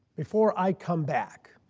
before i come back.